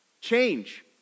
change